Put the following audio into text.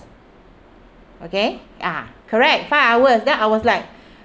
okay ah correct five hours then I was like